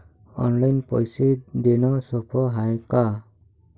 Online पैसे देण सोप हाय का?